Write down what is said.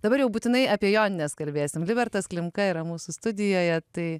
dabar jau būtinai apie jonines kalbėsim libertas klimka yra mūsų studijoje tai